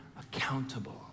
accountable